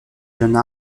jeunes